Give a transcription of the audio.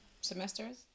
semesters